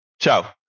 Ciao